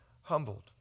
humbled